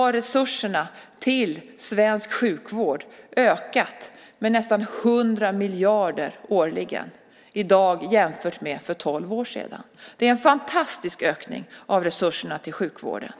har resurserna till svensk sjukvård efter tolv år med socialdemokratisk regering ökat med nästan 100 miljarder jämfört med för tolv år sedan. Det är en fantastisk ökning av resurserna till sjukvården.